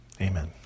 Amen